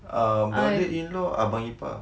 um brother in-law abang ipar